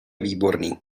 výborný